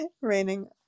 Raining